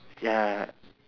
ya